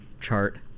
chart